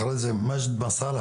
אחר כך ידבר מג'יד מסאלחה,